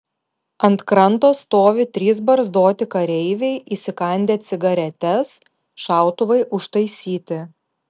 ant kranto stovi trys barzdoti kareiviai įsikandę cigaretes šautuvai užtaisyti